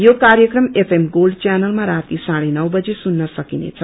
यो कार्यक्रम AM gold चैनलमा राती साहे नौबजी सुन्न सकिनेछ